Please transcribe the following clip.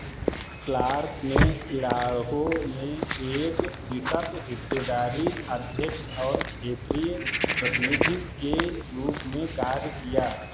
Clark ने Idaho में एक बिसप हिस्सेदारी अध्यक्ष और क्षेत्रीय प्रतिनिधि के रूप में कार्य किया